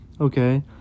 okay